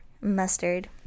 Mustard